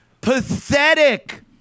pathetic